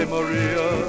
Maria